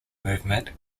movement